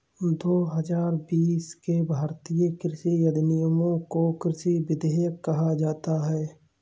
दो हजार बीस के भारतीय कृषि अधिनियमों को कृषि विधेयक कहा जाता है